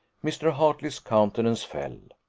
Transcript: mr. hartley's countenance fell.